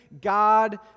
God